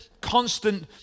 constant